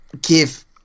give